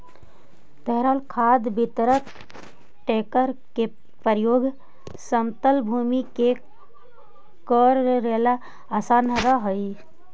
तरल खाद वितरक टेंकर के प्रयोग समतल भूमि में कऽरेला असान रहऽ हई